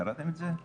קראתם את זה?